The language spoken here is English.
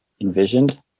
envisioned